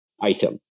item